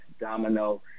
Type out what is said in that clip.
Domino